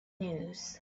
news